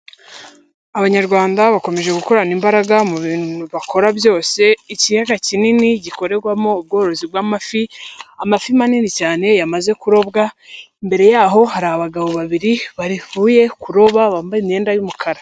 Abanyarwanda bakomeje gukorana imbaraga mu bintu bakora byose, ikiyaga kinini gikorerwamo ubworozi bw'amafi, amafi manini cyane yamaze kurobwa, imbere yaho hari abagabo babiri, bavuye kuroba bambaye imyenda y'umukara.